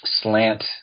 slant